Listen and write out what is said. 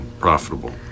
profitable